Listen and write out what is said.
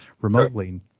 remotely